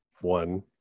one